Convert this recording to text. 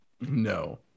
no